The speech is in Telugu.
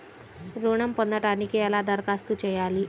ఋణం పొందటానికి ఎలా దరఖాస్తు చేయాలి?